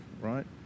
right